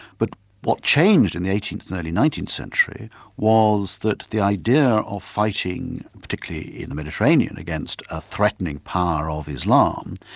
but what changed in the eighteenth and early nineteenth century was that the idea of fighting, particularly in the mediterranean, against a threatening power of islam,